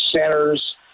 centers